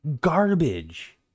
Garbage